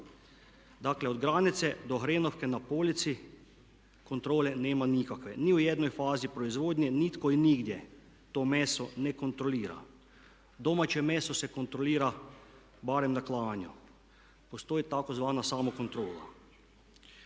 Dakle, od granice do hrenovke na polici kontrole nema nikakve ni u jednoj fazi proizvodnje nitko i nigdje to meso ne kontrolira. Domaće meso se kontrolira barem na klanju. Postoji tzv. samokontrola.